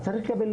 אז צריך לקבל,